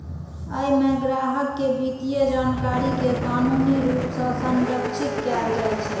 अय मे ग्राहक के वित्तीय जानकारी कें कानूनी रूप सं संरक्षित कैल जाइ छै